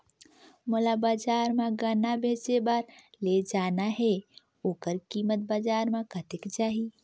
मोला बजार मां गन्ना बेचे बार ले जाना हे ओकर कीमत बजार मां कतेक जाही?